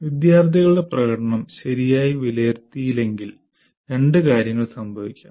വിദ്യാർത്ഥികളുടെ പ്രകടനം ശരിയായി വിലയിരുത്തിയില്ലെങ്കിൽ രണ്ട് കാര്യങ്ങൾ സംഭവിക്കാം